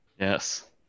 yes